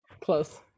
Close